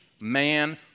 man